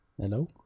Hello